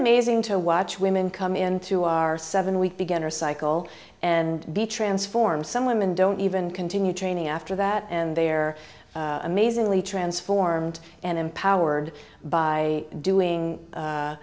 amazing to watch women come into our seven week beginner cycle and be transformed some women don't even continue training after that and they're amazingly transformed and empowered by doing